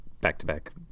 back-to-back